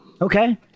Okay